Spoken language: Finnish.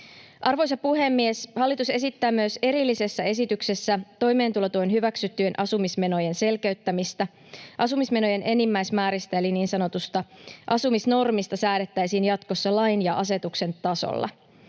Arvoisa puhemies! Hallitus esittää myös erillisessä esityksessä toimeentulotuen hyväksyttyjen asumismenojen selkeyttämistä. Asumismenojen enimmäismääristä eli niin sanotusta asumisnormista säädettäisiin jatkossa lain ja asetuksen tasolla.